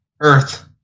Earth